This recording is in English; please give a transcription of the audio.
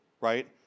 right